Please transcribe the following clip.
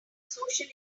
social